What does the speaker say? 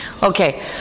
Okay